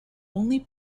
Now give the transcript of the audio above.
only